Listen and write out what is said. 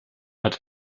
hatte